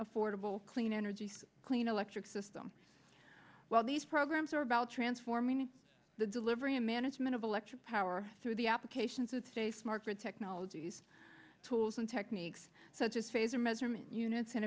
affordable clean energy clean electric system while these programs are about transforming the delivery and management of electric power through the applications it's a smart grid technologies tools and techniques such as phase or measurement units in